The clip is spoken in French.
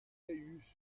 gaius